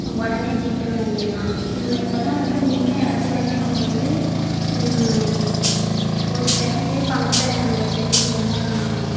உடனே ஜிபே பண்ணிடுலாம் இதுமாதிரி இப்போல்லாம் வந்து நின்ற இடத்துல இருந்தே நம்ம வந்து ஒரு செகண்டில் பணத்தை நம்ம செல் மூலிமா